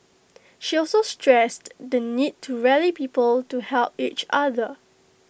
she also stressed the need to rally people to help each other